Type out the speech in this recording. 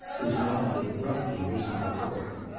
was what had abruptly risen before him.